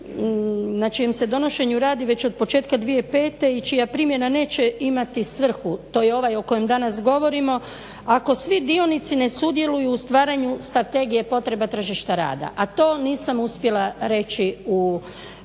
na čijem se donošenju radi već od početka 2005. i čija primjena neće imati svrhu to je ovaj o kojem danas govorimo ako svi dionici ne sudjeluju u stvaranju Strategije potreba tržišta rada, a to nisam uspjela reći u